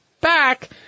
back